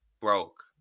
broke